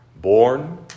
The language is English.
Born